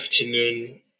afternoon